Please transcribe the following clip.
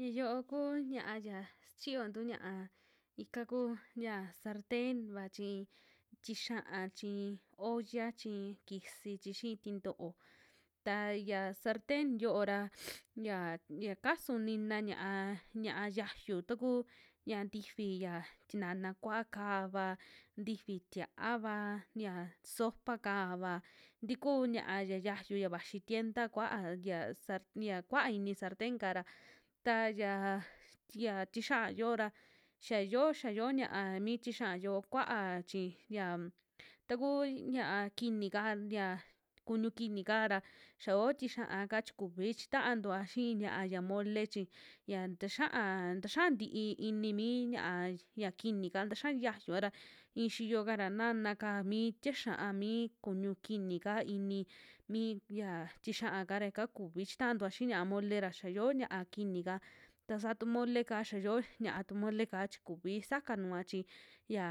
Yia yoo ku ña'a ya sichiyontu ña'a ika kuu ya sarten'va chi tixiaa chi, olla chi, kisi chi xii tintoo, taa ya sarten yo'o ra ya, ya kasu nina ña'a, ña'a xiayu taku yia ntifi ya tinana kua'a kava, tifi tia'ava yia sopa'ka vaa tiku ña'a ya xiayu ya vaxi tienda kuaya sart ya kuaa ini sarten'ka ra tayaa yia tixia'a yoo ra xia, xiayo ña'a mi tixia'a yoo kuaa chi yan taku ña'a kuni'ka, ya kuñu kini'ka ra ya oo tixia'aka chi kuvi chitaantua xi'i ña'a ya mocle chi, ya taxiaa taxia ntii ini mi ñaa ya kunika, taxia yiayua ra i'i xiyoka ra nana'ka i'i tie xia'a mi kuñu kinika ini mi ya tixia'ka ra yaka kuvi chitantua xii ñiaa mole ra, xia yoo ña'a kini'ka, ta saa tu mole'ka xia yoo ña'atu mole'ka chi kuvi sakanua chi ya,